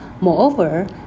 Moreover